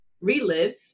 relive